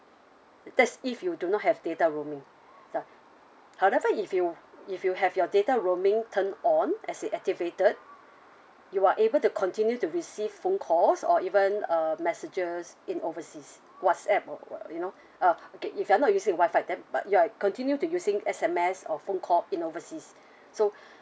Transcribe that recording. that's if you do not have data roaming ya however if you if you have your data roaming turned on as it activated you are able to continue to receive phone calls or even uh messages in overseas whatsapp or you know uh okay if you're not using wi-fi then but you're continue to using S_M_S or phone call in oversea so